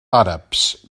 àrabs